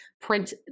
print